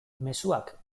mezuak